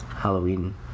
Halloween